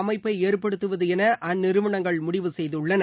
அமைப்பை ஏற்படுத்துவது என அந்நிறுவனங்கள் முடிவு செய்துள்ளன